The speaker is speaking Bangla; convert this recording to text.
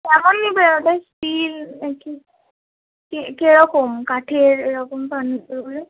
কেমন নিবেন ওটা স্টিল নাকি কীরকম কাঠের